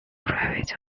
private